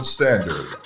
Standard